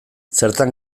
zertan